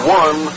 one